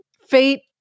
fate